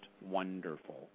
wonderful